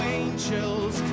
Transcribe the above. angels